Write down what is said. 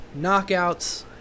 Knockouts